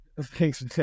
Thanks